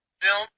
film